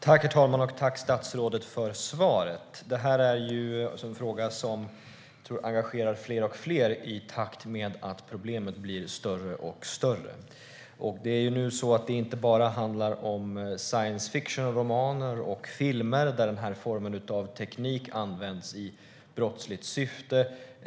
Herr talman! Tack, statsrådet, för svaret! Det här är en fråga som jag tror engagerar allt fler i takt med att problemet blir allt större. Det handlar nu inte bara om science fiction-romaner och filmer där den här formen av teknik används i brottsligt syfte.